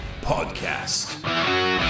podcast